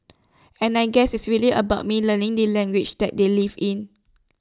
and I guess it's really about me learning the language that they live in